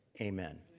Amen